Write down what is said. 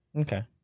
okay